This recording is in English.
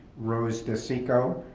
rose disico,